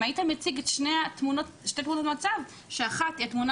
אם היית מציג שתי תמונות מצב שאחת היא התמונה